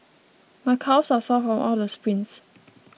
my calves are sore from all the sprints